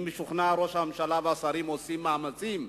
אני משוכנע שראש הממשלה והשרים עושים מאמצים,